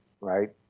right